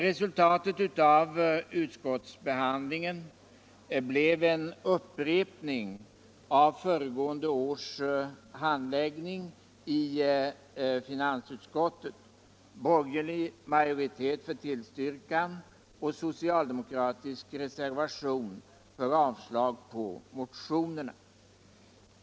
Resultatet av utskottsbehandlingen har blivit en upprepning av föregående års handläggning i finansutskottet: borgerlig majoritet för tillstyrkan och socialdemokratisk reservation för avslag på motionen.